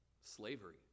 Slavery